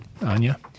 Anya